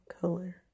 color